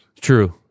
True